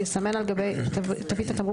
יסמן על גבי תווית התמרוק,